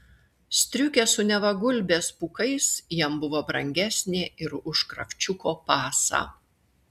striukė su neva gulbės pūkais jam buvo brangesnė ir už kravčiuko pasą